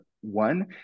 one